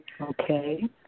Okay